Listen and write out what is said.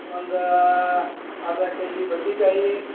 ಒಂದು ಅರ್ಧ ಕೆಜಿ ಬದ್ನೇಕಾಯಿ